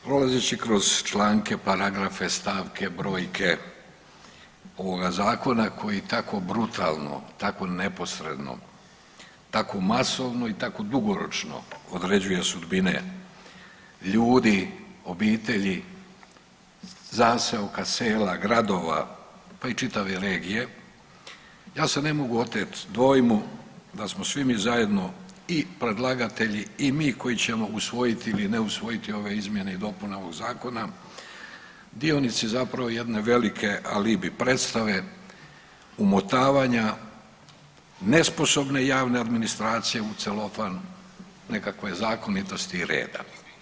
Prolazeći kroz članke, paragrafe, stavke, brojke ovoga Zakona koji tako brutalno, tako neposredno, tako masovno i tako dugoročno određuje sudbine ljudi, obitelji, zaseoka, sela, gradova, pa i čitave regije ja se ne mogu oteti dojmu da smo svi mi zajedno i predlagatelji i mi koji ćemo usvojiti ili ne usvojiti ove izmjene i dopune ovoga Zakona dionici zapravo jedne velike alibi predstave umotavanja nesposobne javne administracije u celofan nekakve zakonitosti i reda.